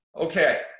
Okay